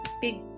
big